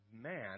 man